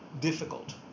difficult